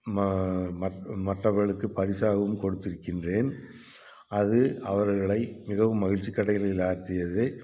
ம மற் மற்றவர்களுக்கு பரிசாகவும் கொடுத்துருக்கின்றேன் அது அவர்களை மிகவும் மகிழ்ச்சி கடலில் ஆழ்த்தியது